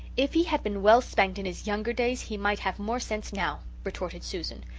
if he had been well spanked in his younger days he might have more sense now, retorted susan.